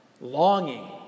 longing